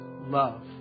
love